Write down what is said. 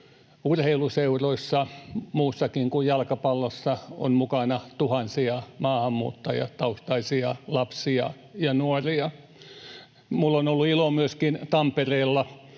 urheiluseuroissa, muussakin kuin jalkapallossa, on mukana tuhansia maahanmuuttajataustaisia lapsia ja nuoria. Minulla on ollut ilo myöskin Tampereella...